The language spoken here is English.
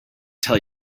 tell